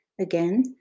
Again